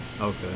Okay